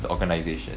the organisation